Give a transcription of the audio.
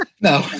no